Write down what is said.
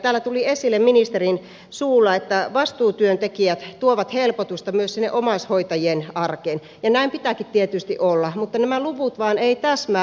täällä tuli esille ministerin suulla että vastuutyöntekijät tuovat helpotusta myös sinne omaishoitajien arkeen ja näin pitääkin tietysti olla mutta nämä luvut vain eivät täsmää